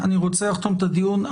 אני רוצה לחתום את הדיון.